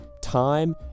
time